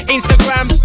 Instagram